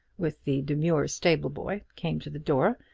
with the demure stable-boy, came to the door,